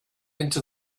into